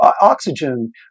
oxygen